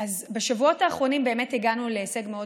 בשבועות האחרונים באמת הגענו להישג מאוד